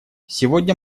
сегодня